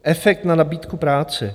Efekt na nabídku práce.